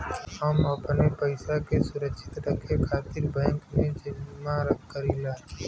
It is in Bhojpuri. हम अपने पइसा के सुरक्षित रखे खातिर बैंक में जमा करीला